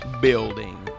building